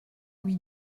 lui